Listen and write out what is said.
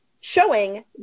showing